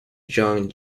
young